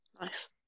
Nice